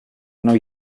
non